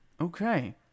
Okay